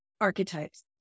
archetypes